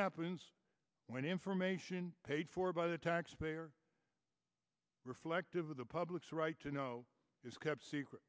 happens when information paid for by the taxpayer reflective of the public's right to know is kept secret